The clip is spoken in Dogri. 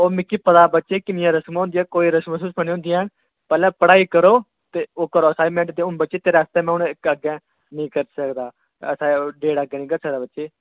ओह् मिकी पता बच्चे किन्नियां रस्मां होंदियां कोई रस्मां शुस्मां निं होंदियां हैन पैह्लें पढ़ाई करो ते ओह् करो असाईनमेंट देओ हून बच्चे तेरे आस्तै में हून इक्क अग्गें नेईं करी सकदा डेट अग्गै निं करी सकदा बच्चे